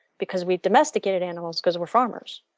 because we domesticated animals, because we're farmers.